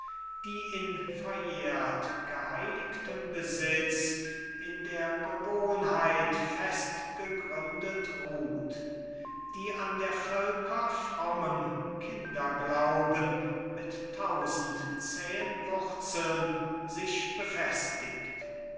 die in verjährt geheiligtem besitz in der gewohnheit festgegründet ruht die an der völker frommem kinderglauben mit tausend zähen wurzeln sich befestigt